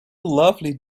lovely